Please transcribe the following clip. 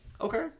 Okay